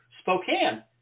Spokane